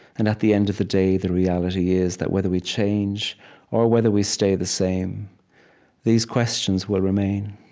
and at the end of the day, the reality is that whether we change or whether we stay the same these questions will remain.